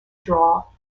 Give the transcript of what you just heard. draw